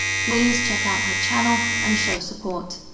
please check out her channel and show support!